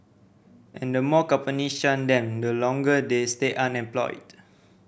and the more companies shun them the longer they stay unemployed